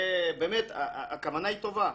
ובאמת הכוונה היא טובה,